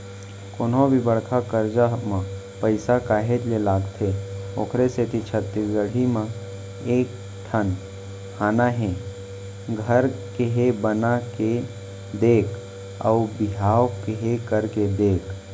कोनो भी बड़का कारज म पइसा काहेच के लगथे ओखरे सेती छत्तीसगढ़ी म एक ठन हाना हे घर केहे बना के देख अउ बिहाव केहे करके देख